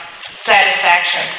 satisfaction